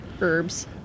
herbs